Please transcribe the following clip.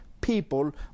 people